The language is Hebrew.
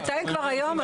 אז תתאם כבר היום.